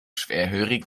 schwerhörig